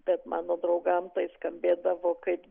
bet mano draugam tai skambėdavo kaip